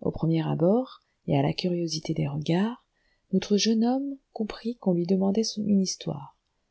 au premier abord et à la curiosité des regards notre jeune homme comprit qu'on lui demandait une histoire